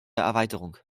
erweiterung